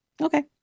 Okay